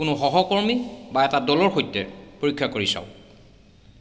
কোনো সহকৰ্মী বা এটা দলৰ সৈতে পৰীক্ষা কৰি চাওক